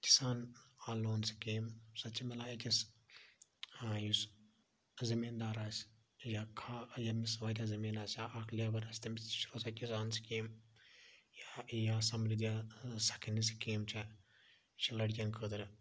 کِسان loan scheme سۄ چھِ مِلان أکِس یُس زمیٖندار آسہِ یا ییٚمِس واریاہ زمیٖن آسہِ یا اکھ لیبَر آسہِ تٔمِس تہِ چھِ روزان یہِ کِسان سکیٖم یا سَمرُری سَکھانہ سکیٖم چھَ یہِ چھِ لٔڑکِیَن خٲطرٕ